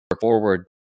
forward